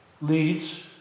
leads